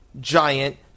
giant